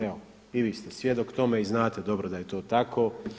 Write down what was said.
Evo i vi ste svjedok tome i znate dobro da je to tako.